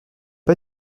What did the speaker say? pas